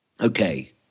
Okay